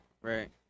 Right